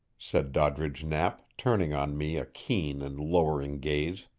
said doddridge knapp, turning on me a keen and lowering gaze,